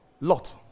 Lot